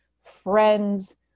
friends